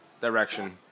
direction